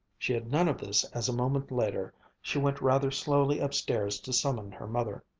she had none of this as a moment later she went rather slowly upstairs to summon her mother.